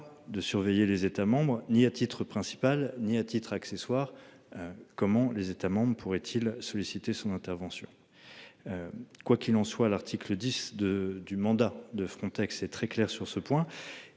de surveiller les États, ni à titre principal, ni à titre accessoire. Comment les États pourrait-il solliciter son intervention. Quoi qu'il en soit, l'article 10 de du mandat de Frontex est très clair sur ce point